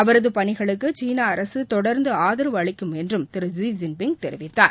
அவரது பணிகளுக்கு சீன அரசு தொடர்ந்து ஆதரவு அளிக்கும் என்றும் திரு ஸீ ஜின்பிங் தெரிவித்தார்